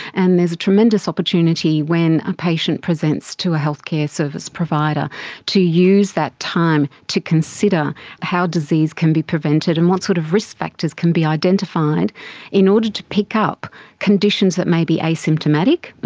and there's a tremendous opportunity when a patient presents to a healthcare service provider to use that time to consider how disease can be prevented and what sort of risk factors can be identified in order to pick up conditions that may be asymptomatic,